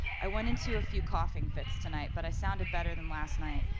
i went into a few coughing fits tonight but i sounded better than last night.